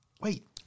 Wait